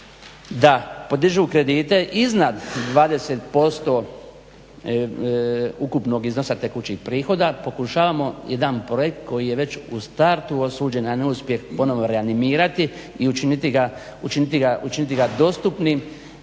da podižu kredite iznad 20% ukupnog iznosa tekućih prihoda pokušavamo jedan projekt koji je već u startu osuđen na neuspjeh ponovno reanimirati i učiniti ga dostupnim